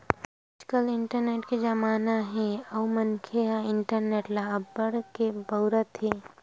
आजकाल इंटरनेट के जमाना हे अउ मनखे ह इंटरनेट ल अब्बड़ के बउरत हे